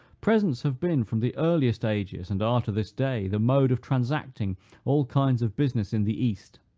presents have been, from the earliest ages, and are to this day, the mode of transacting all kinds of business in the east.